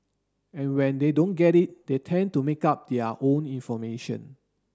and when they don't get it they tend to make up their own information